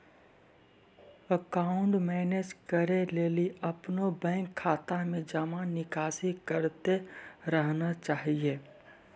account manage करै लेली अपनो बैंक खाता मे जमा निकासी करतें रहना चाहि